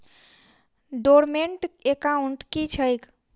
Dormant account की छैक?